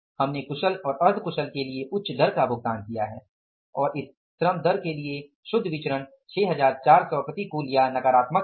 हमने कुशल और अर्ध कुशल के लिए उच्च दर का भुगतान किया है और इस श्रम दर के लिए शुद्ध विचरण 6400 प्रतिकूल या नकारात्मक है